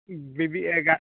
ᱵᱤᱵᱤ ᱮᱜᱟᱨᱚ